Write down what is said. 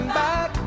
back